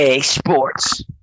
Sports